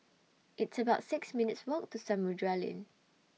It's about six minutes' Walk to Samudera Lane